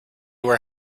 were